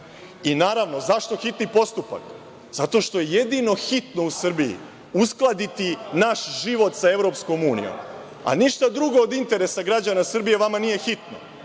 Naravno, zašto hitni postupak? Zato što je jedino hitno u Srbiji uskladiti naš život sa EU, a ništa drugo od interesa građana Srbije vama nije hitno.